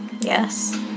Yes